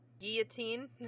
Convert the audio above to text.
Guillotine